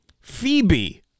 Phoebe